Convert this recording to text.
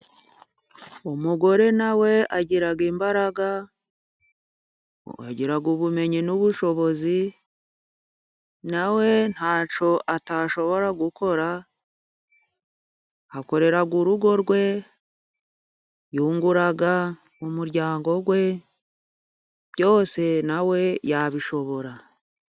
Umugore na we agira imbaraga, agira ubumenyi n'ubushobozi. Na we nta cyo atashobora gukora, akorera urugo rwe yungura umuryango we, byose na we yabishobora.